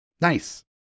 Nice